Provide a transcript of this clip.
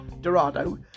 Dorado